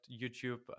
YouTube